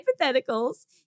Hypotheticals